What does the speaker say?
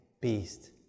beast